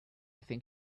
think